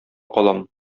калам